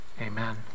amen